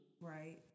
Right